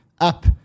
up